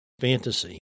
fantasy